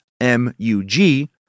M-U-G